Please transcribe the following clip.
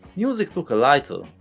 music took a lighter,